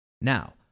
Now